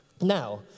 Now